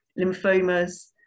lymphomas